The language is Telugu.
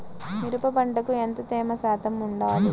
మిరప పంటకు ఎంత తేమ శాతం వుండాలి?